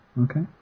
okay